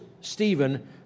Stephen